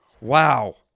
Wow